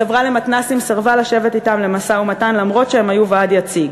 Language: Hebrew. החברה למתנ"סים סירבה לשבת אתן למשא-ומתן אף-על-פי שהן היו ועד יציג.